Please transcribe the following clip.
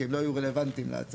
כי הם לא יהיו רלוונטיים להחלטה.